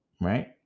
right